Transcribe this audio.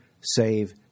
save